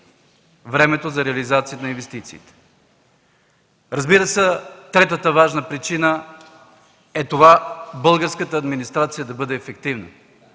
времето за реализация на инвестициите. Разбира се, третата важна причина е това – българската администрация да бъде ефективна.